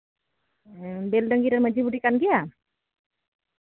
ᱵᱮᱝᱰᱟᱝᱜᱤ ᱨᱮᱱ ᱢᱟᱹᱡᱷᱤ ᱵᱩᱰᱷᱤ ᱠᱟᱱ ᱜᱮᱭᱟᱢ